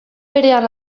berean